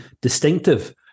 distinctive